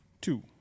two